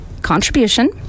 contribution